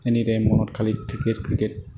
any time মনত খালী cricket cricket